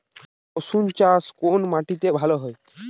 রুসুন চাষ কোন মাটিতে ভালো হয়?